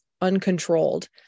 uncontrolled